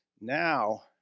Now